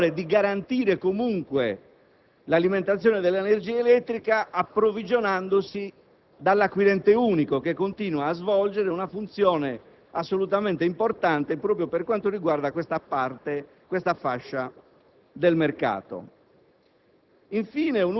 per il distributore di garantire comunque l'alimentazione dell'energia elettrica approvvigionandosi dall'acquirente unico che continua a svolgere una funzione assolutamente importante proprio per quanto riguarda questa fascia del mercato.